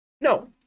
no